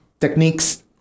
techniques